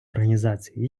організацій